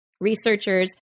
Researchers